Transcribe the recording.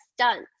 stunts